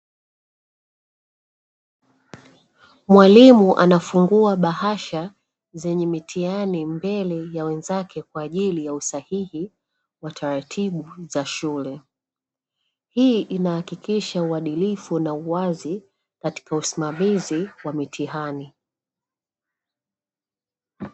Mwalimu anafungua bahasha zenye mitihani mbele ya wenzake kwa ajili ya usahihi wa taratibu za shule, hii inahakikisha uadilifu na uwazi katika usimamizi wa mitihani.